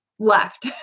left